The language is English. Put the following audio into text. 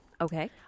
Okay